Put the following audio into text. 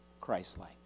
Christ-like